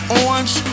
orange